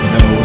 no